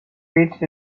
reached